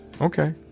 Okay